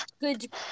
good